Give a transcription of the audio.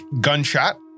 gunshot